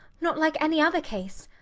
not like any other case.